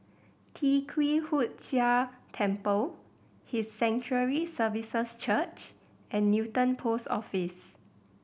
Tee Kwee Hood Sia Temple His Sanctuary Services Church and Newton Post Office